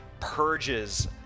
purges